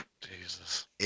Jesus